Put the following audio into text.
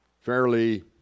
fairly